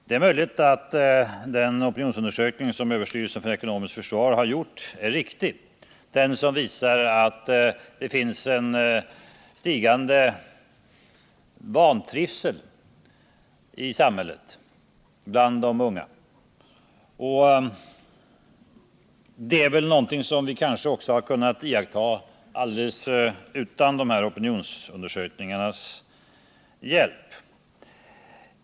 Det är möjligt att den opinionsundersökning som gjorts är riktig, den som visar att det finns en stigande vantrivsel i samhället bland de unga. Det är väl någonting som vi har kunnat iaktta också utan opinionsundersökningarnas hjälp.